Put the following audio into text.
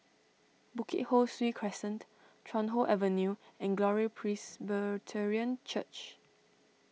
Bukit Ho Swee Crescent Chuan Hoe Avenue and Glory Presbyterian Church